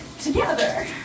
together